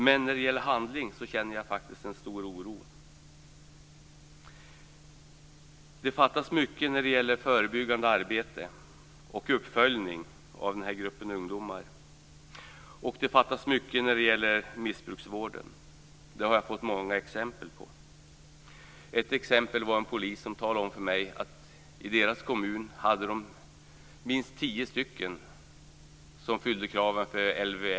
Men när det gäller handling känner jag en stor oro. Det fattas mycket när det gäller förebyggande arbete och uppföljning av den här gruppen ungdomar, och det fattas mycket när det gäller missbrukarvården. Det har jag fått många exempel på. Ett exempel var en polis som talade om för mig att det i hans kommun fanns åtminstone tio stycken som fyllde kraven för LVM.